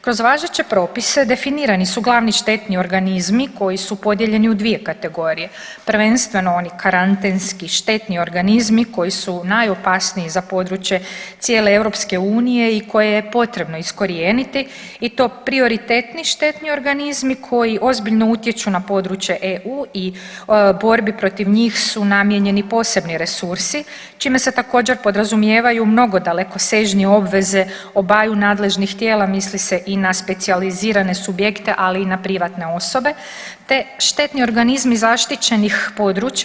Kroz važeće propise definirani su glavni štetni organizmi koji su podijeljeni u dvije kategorije, prvenstveno oni karantenski štetni organizmi koji su najopasniji za područje cijele EU i koje je potrebno iskorijeniti i to prioritetni štetni organizmi koji ozbiljno utječu na područje EU i borbi protiv njih su namijenjeni posebni resursi čime se također podrazumijevaju mnogo dalekosežnije obveze obaju nadležnih tijela misli se i na specijalizirane subjekte, ali i na privatne osobe te štetni organizmi zaštićenih područja.